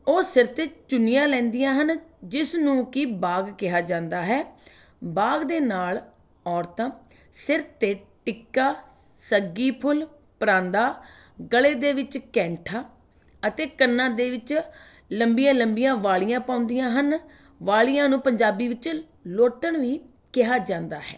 ਉਹ ਸਿਰ 'ਤੇ ਚੁੰਨੀਆਂ ਲੈਂਦੀਆਂ ਹਨ ਜਿਸ ਨੂੰ ਕਿ ਬਾਗ ਕਿਹਾ ਜਾਂਦਾ ਹੈ ਬਾਗ ਦੇ ਨਾਲ ਔਰਤਾਂ ਸਿਰ 'ਤੇ ਟਿੱਕਾ ਸੱਗੀ ਫੁੱਲ ਪਰਾਂਦਾ ਗਲੇ ਦੇ ਵਿੱਚ ਕੈਂਠਾ ਅਤੇ ਕੰਨਾਂ ਦੇ ਵਿੱਚ ਲੰਬੀਆਂ ਲੰਬੀਆਂ ਵਾਲੀਆਂ ਪਾਉਂਦੀਆਂ ਹਨ ਵਾਲੀਆਂ ਨੂੰ ਪੰਜਾਬੀ ਵਿੱਚ ਲੌਟਣ ਵੀ ਕਿਹਾ ਜਾਂਦਾ ਹੈ